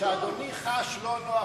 ואדוני חש לא נוח,